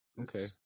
Okay